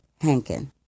Hankin